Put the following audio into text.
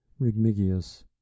Rigmigius